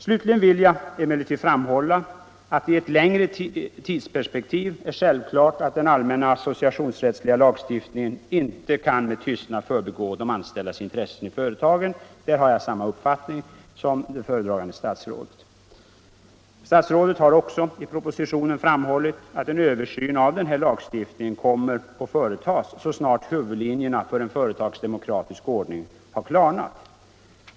Jag vill emellertid framhålla att det i ett längre tidsperspektiv är självklart att den allmänna associationsrättsliga lagstiftningen inte kan med tystnad förbigå de anställdas intresse i företagen. Där har jag samma uppfattning som föredragande statsrådet, som i propositionen har framhållit att en översyn av denna lagstiftning kommer att företas så snart huvudlinjerna för en företagsdemokratisk ordning har klarnat.